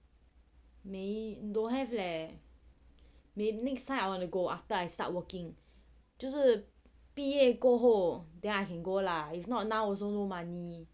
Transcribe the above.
没 don't have leh may~ next time I want to go after I start working 就是毕业过后 then I can go lah